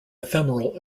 ephemeral